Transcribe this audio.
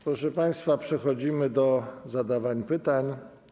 Proszę państwa, przechodzimy do zadawania pytań.